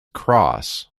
cross